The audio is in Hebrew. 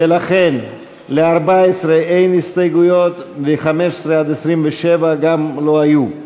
ולכן ל-14 אין הסתייגויות, וגם ל-15 27 לא היו.